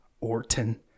Orton